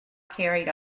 carried